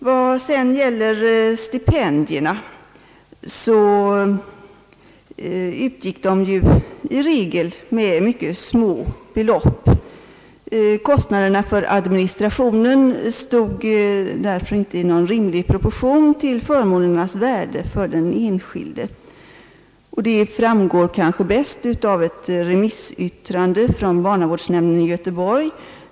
Vad sedan gäller stipendierna utgick de ju i regel med mycket små belopp. Kostnaderna för administrationen stod inte i någon rimlig proportion till förmånernas värde för den enskilde, vilket kanske bäst framgår av ett remissyttrande från barnavårdsnämnden i Göteborg.